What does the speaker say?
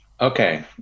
Okay